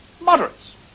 moderates